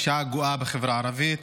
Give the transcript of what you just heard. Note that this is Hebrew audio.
הפשיעה הגואה בחברה הערבית.